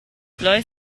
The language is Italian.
loïs